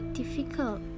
difficult